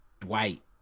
Dwight